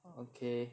okay